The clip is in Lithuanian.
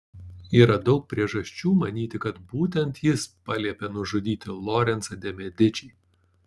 yra daug priežasčių manyti kad būtent jis paliepė nužudyti lorencą de medičį